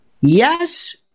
Yes